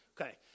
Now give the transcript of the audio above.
Okay